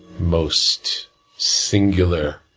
most singular